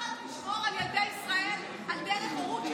יחד נשמור על ילדי ישראל דרך הורות שוויונית.